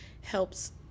helps